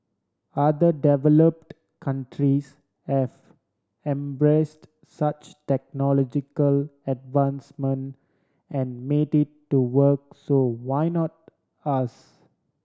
other developed countries have embraced such technological advancement and made it to work so why not us